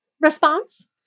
response